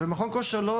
מכון הכושר לא